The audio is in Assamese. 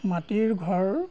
মাটিৰ ঘৰ